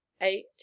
Eight